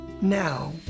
Now